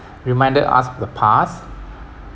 reminded us of the past